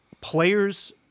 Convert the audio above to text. players